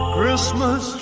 Christmas